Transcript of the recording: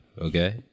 Okay